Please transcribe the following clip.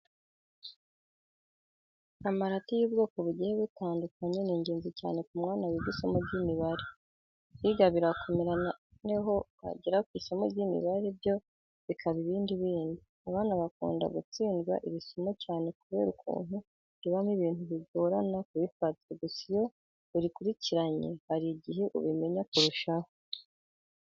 Amarati y'ubwoko bugiye butandukanye ni ingenzi cyane ku mwana wiga isomo ry'imibare. Kwiga birakomera noneho wagera ku isomo ry'imibare byo bikaba ibindi bindi. Abana bakunda gutsindwa iri somo cyane kubera ukuntu ribamo ibintu bigorana kubifata. Gusa iyo urikurikiranye hari igihe ubimenya kurushaho.